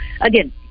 again